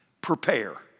Prepare